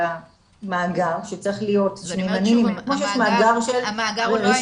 אלא מאגר שצריך להיות עם רשימת המגשרים